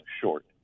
short